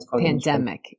pandemic